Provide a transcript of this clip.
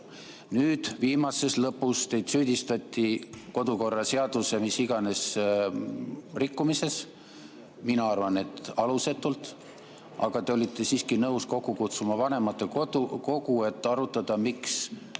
Nüüd, viimases lõpus teid süüdistati kodukorraseaduse millises iganes rikkumises. Mina arvan, et alusetult. Aga te olite siiski nõus kokku kutsuma vanematekogu, et arutada, miks